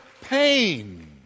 pain